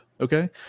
okay